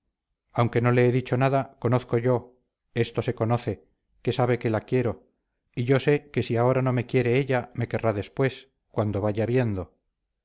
aunque no le he dicho nada conozco yo esto se conoce que sabe que la quiero y yo sé que si ahora no me quiere ella me querrá después cuando vaya viendo